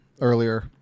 earlier